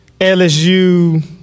LSU